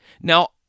Now